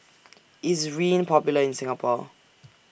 IS Rene Popular in Singapore